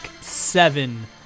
seven